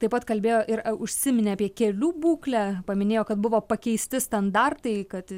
taip pat kalbėjo ir užsiminė apie kelių būklę paminėjo kad buvo pakeisti standartai kad